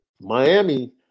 Miami